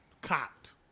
copped